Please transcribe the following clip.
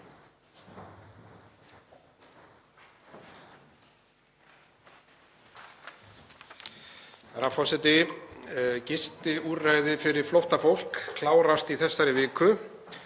forseti. Gistiúrræði fyrir flóttafólk klárast í þessari viku.